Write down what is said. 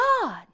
God